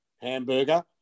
hamburger